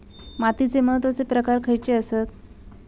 मातीचे महत्वाचे प्रकार खयचे आसत?